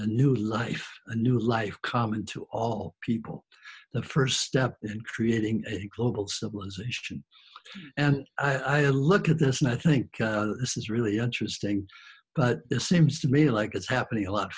a new life a new life common to all people the first step in creating a global civilization and i look at this no i think this is really interesting but it seems to me like it's happening a lot